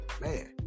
Man